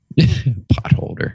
Potholder